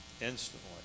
instantly